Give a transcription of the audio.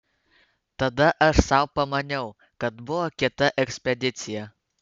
tada aš sau pamaniau kad buvo kita ekspedicija